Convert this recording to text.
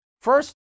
First